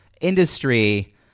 industry